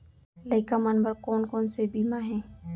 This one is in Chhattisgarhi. लइका मन बर कोन कोन से बीमा हे?